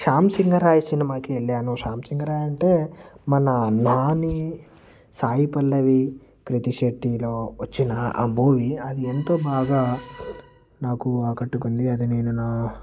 శ్యామ్ సింగరాయ్ సినిమాకి వెళ్ళాను శ్యామ్ సింగరాయ్ అంటే మన నాని సాయి పల్లవి క్రితి శెట్టితో వచ్చిన ఆ మూవీ అది ఎంతో బాగా నాకు ఆకట్టుకుంది అది నేను నా